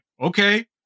okay